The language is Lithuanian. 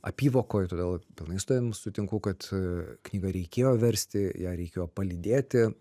apyvokoj todėl pilnai su tavim sutinku kad knygą reikėjo versti ją reikėjo palydėti